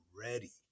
ready